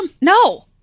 No